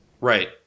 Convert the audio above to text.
Right